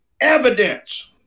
evidence